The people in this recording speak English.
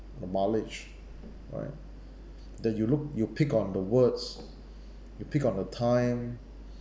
the mileage right that you look you pick on the words you pick on the time